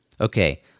Okay